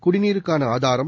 குடிநீருக்கான ஆதாரம்